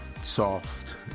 soft